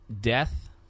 death